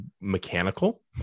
mechanical